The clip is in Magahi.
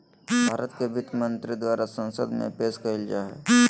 भारत के वित्त मंत्री द्वारा संसद में पेश कइल जा हइ